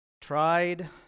tried